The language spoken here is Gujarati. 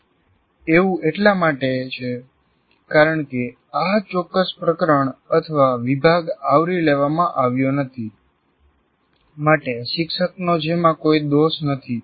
એવું એટલા માટે છે કારણ કે આ ચોક્કસ પ્રકરણ અથવા વિભાગ આવરી લેવામાં આવ્યો નથી માટે શિક્ષકનો જેમાં કોઈ દોષ નથી